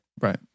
Right